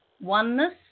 oneness